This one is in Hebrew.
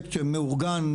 פרויקט מאורגן,